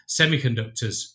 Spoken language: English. semiconductors